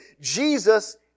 Jesus